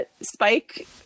Spike